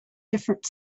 different